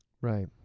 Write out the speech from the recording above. Right